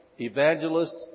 evangelists